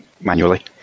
manually